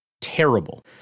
terrible